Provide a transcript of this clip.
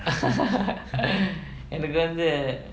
எனக்கு வந்து:enakku vanthu